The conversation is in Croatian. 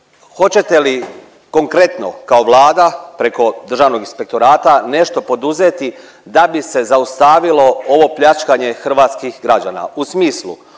hoćete li konkretno kao Vlada preko Državnog inspektorata nešto poduzeti da bi se zaustavilo ovo pljačkanje hrvatskih građana